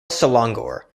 selangor